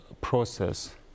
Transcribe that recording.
process